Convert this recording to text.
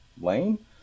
lane